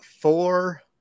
four